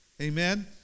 amen